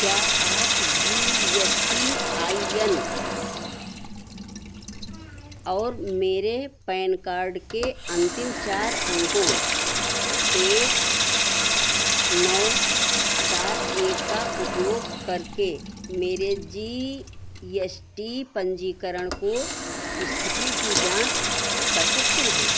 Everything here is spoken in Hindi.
क्या आप G S T I N और मेरे पैन कार्ड के अंतिम चार अंकों एक नौ सात एक का उपयोग करके मेरे जी यस टी पंजीकरण की स्थिति की जाँच कर सकते हैं